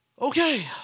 okay